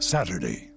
Saturday